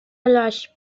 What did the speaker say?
العشب